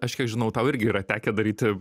aš kiek žinau tau irgi yra tekę daryti